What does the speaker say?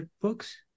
books